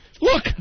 look